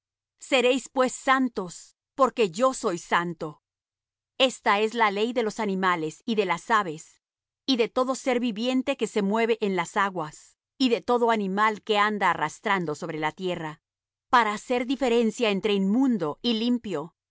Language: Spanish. seréis pues santos porque yo soy santo esta es la ley de los animales y de las aves y de todo ser viviente que se mueve en las aguas y de todo animal que anda arrastrando sobre la tierra para hacer diferencia entre inmundo y limpio